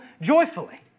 joyfully